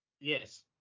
Yes